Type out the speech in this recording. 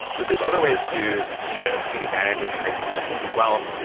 but there's other ways to you know take advantage and and make money in this space as well.